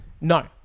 No